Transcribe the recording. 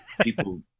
people